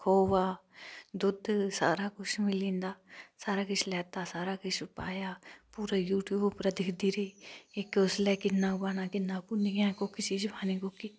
खोआ दुद्ध सारा कुछ मिली जंदा सारा किश लैता सारा किश पाया पूरा यूटयूब उप्परां दिखदी रेही इक उसलै किन्ना पाना पुनिइयै कोह्की चीज पानी